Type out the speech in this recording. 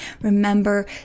Remember